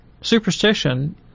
Superstition